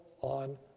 on